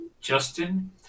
Justin